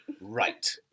Right